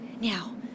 Now